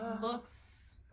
looks